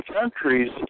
countries